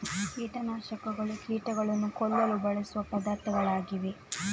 ಕೀಟ ನಾಶಕಗಳು ಕೀಟಗಳನ್ನು ಕೊಲ್ಲಲು ಬಳಸುವ ಪದಾರ್ಥಗಳಾಗಿವೆ